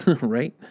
right